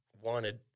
wanted